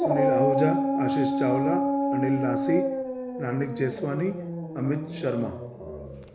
Sunil Ahuja Ashish Chawla Anil Dasi Nanak Jeswani Amit Sharma